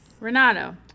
Renato